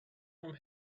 from